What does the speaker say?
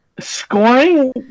Scoring